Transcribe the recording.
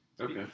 Okay